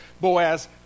Boaz